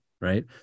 right